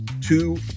two